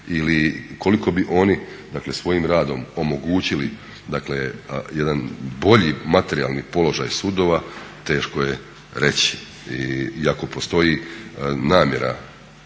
ili koliko bi oni, dakle svojim radom omogućili, dakle jedan bolji materijalni položaj sudova teško je reći. I ako postoji namjera